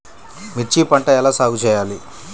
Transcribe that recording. మిర్చి పంట ఎలా సాగు చేయాలి?